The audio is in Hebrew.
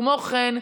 כמו כן,